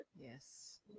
Yes